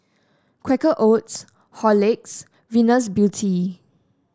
Quaker Oats Horlicks Venus Beauty